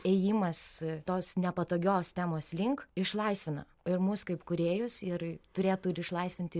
ėjimas tos nepatogios temos link išlaisvina ir mus kaip kūrėjus ir turėtų ir išlaisvinti